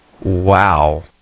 Wow